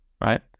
right